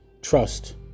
trust